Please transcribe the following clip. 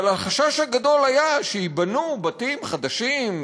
אבל החשש הגדול היה שיבנו בתים חדשים,